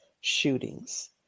shootings